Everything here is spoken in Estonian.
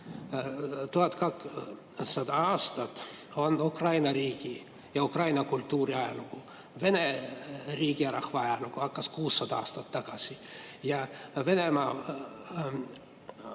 1200 aastat on Ukraina riigi ja Ukraina kultuuri ajalugu. Vene riigi ja rahva ajalugu sai alguse 600 aastat tagasi. Venemaa,